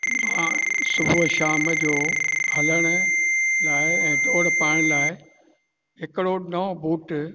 मां सुबुह शाम जो हलण लाइ ऐं ॾोड़ पाइण लाइ हिकिड़ो नओं बूट